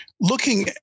looking